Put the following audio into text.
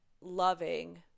loving